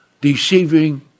deceiving